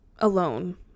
alone